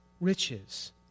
riches